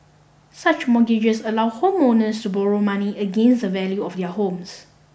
such mortgages allow homeowners to borrow money against the value of their homes